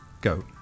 go